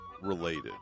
related